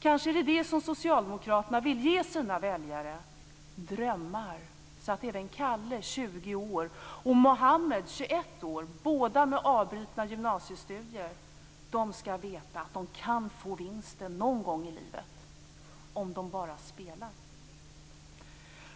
Kanske det är det som socialdemokraterna vill ge sina väljare - drömmar - så att även Kalle, 20 år, och Muhammed, 21 år, båda med avbrutna gymnasiestudier, skall veta att de kan få vinsten någon gång i livet, om de bara spelar.